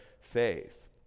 faith